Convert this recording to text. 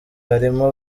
harimo